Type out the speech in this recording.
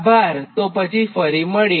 આભાર તો પછી ફરી મળીએ